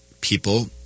people